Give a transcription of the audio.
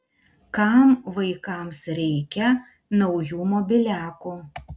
kam vaikams reikia naujų mobiliakų